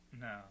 No